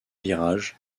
virage